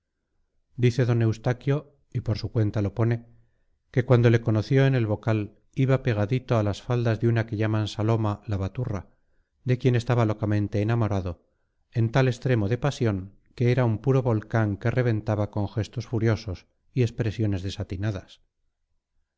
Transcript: dice d eustaquio y por su cuenta lo pone que cuando le conoció en el bocal iba pegadito a las faldas de una que llaman saloma la baturra de quien estaba locamente enamorado en tal extremo de pasión que era un puro volcán que reventaba con gestos furiosos y expresiones desatinadas